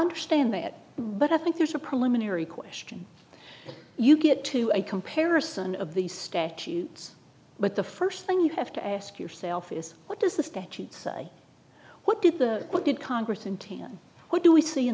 understand that but i think there's a preliminary question you get to a comparison of these statutes but the first thing you have to ask yourself is what does the statute say what did the what did congress until then what do we see in